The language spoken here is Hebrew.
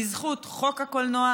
בזכות חוק הקולנוע,